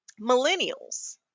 Millennials